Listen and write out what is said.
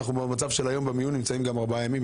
המצב היום במיון הוא שנשארים שם גם ארבעה ימים.